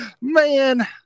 Man